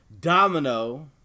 Domino